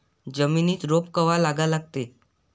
जमिनीत रोप कवा लागा लागते?